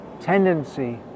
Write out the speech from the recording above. tendency